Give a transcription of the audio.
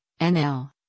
NL